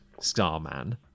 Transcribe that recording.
Starman